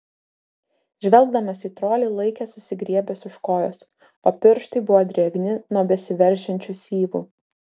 žvelgdamas į trolį laikė susigriebęs už kojos o pirštai buvo drėgni nuo besiveržiančių syvų